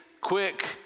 quick